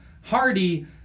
Hardy